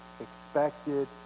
expected